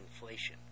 inflation